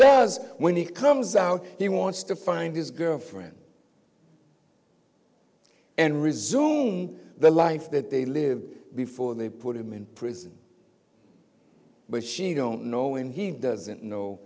does when he comes out he wants to find his girlfriend and resume the life that they lived before they put him in prison but she don't know him he doesn't know